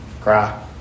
Cry